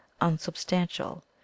unsubstantial